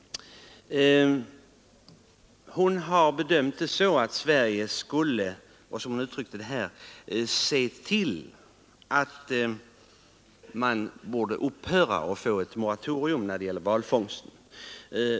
Hon har bedömt det så att Sverige skulle, som hon uttryckte det, se till att man upphörde med valfångsten och få till stånd ett moratorium.